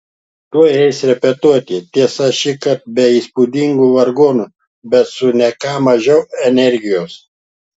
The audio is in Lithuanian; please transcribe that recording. tuoj eis repetuoti tiesa šįkart be įspūdingų vargonų bet su ne ką mažiau energijos